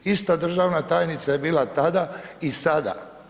Ista državna tajnica je bila tada i sada.